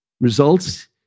results